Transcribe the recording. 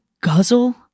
guzzle